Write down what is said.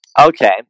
Okay